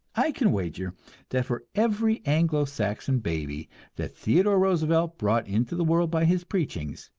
i can wager that for every anglo-saxon baby that theodore roosevelt brought into the world by his preachings,